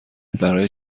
برای